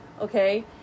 Okay